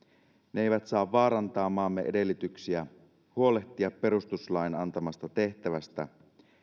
ne eivät saa vaarantaa maamme edellytyksiä huolehtia perustuslain antamasta tehtävästä